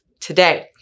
today